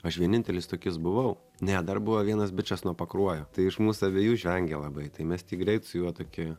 aš vienintelis tokis buvau ne dar buvo vienas bičas nuo pakruojo tai iš mūsų abiejų žvengė labai tai mes greit su juo tokie